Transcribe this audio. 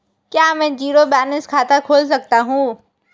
क्या मैं zero balance खाता खोल सकता हूँ?